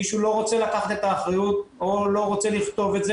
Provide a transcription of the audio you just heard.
מישהו לא רוצה לקחת את האחריות או לא רוצה לכתוב את זה,